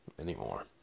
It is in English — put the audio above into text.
anymore